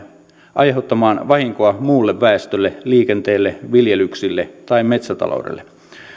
aiheuttamaan vahinkoa muulle väestölle liikenteelle viljelyksille tai metsätaloudelle